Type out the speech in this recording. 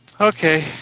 Okay